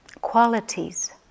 qualities